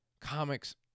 Comics